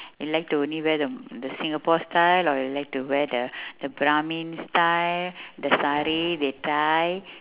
you like to only wear the the singapore style or you like to wear the the brahmin style the sari they tie